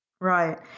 Right